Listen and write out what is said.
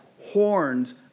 horns